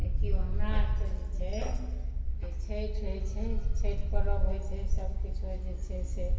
देखिऔ हमरा आरकऽ जे छै से छठि होयत छै छठि पर्व होयत छै सभकिछु होइत जे छै से